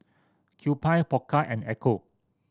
Kewpie Pokka and Ecco